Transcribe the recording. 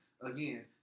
again